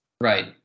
Right